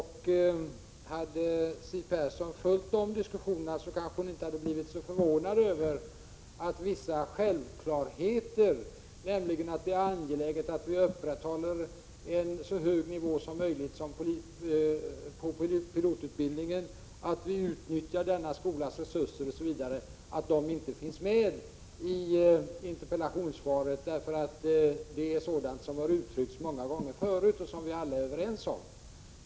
Hade Siw Persson följt dessa diskussioner kanske hon inte hade blivit så förvånad över att vissa självklarheter — som att det är angeläget att vi upprätthåller en så hög nivå som möjligt på pilotutbildningen och att vi skall utnyttja denna skolas resurser — inte fanns medi interpellationssvaret. Det är någonting som uttryckts många gånger förut och som vi alla är överens om.